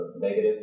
negative